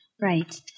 Right